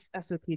sop